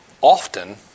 often